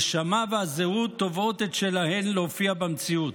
הנשמה והזהות תובעות את שלהן, להופיע במציאות.